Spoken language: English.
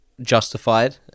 justified